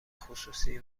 خصوصی